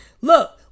Look